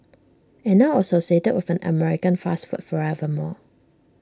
and now associated with an American fast food forever more